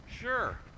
sure